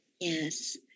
Yes